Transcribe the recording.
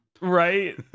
right